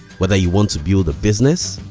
whether you want to build a business,